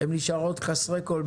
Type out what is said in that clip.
הן נשארות חסרות כול,